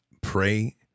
pray